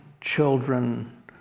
children